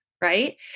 right